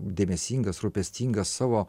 dėmesingas rūpestingas savo